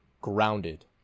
grounded